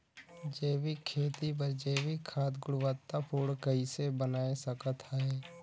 जैविक खेती बर जैविक खाद गुणवत्ता पूर्ण कइसे बनाय सकत हैं?